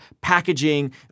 packaging